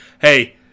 hey